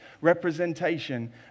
representation